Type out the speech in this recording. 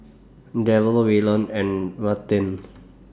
Darrel Wayland and Ruthanne